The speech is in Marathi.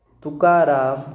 तुकाराम